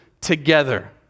together